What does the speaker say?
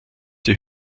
die